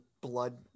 blood